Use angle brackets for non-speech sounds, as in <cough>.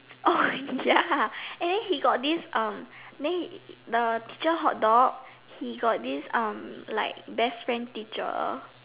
oh <laughs> ya and then he got this um then he the teacher hot dog he got this um like best friend teacher